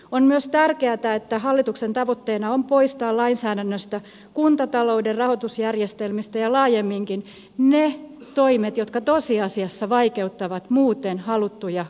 on myös tärkeätä että hallituksen tavoitteena on poistaa lainsäädännöstä kuntatalouden rahoitusjärjestelmistä ja laajemminkin ne toimet jotka tosiasiassa vaikeuttavat muuten haluttuja yhteenliittymiä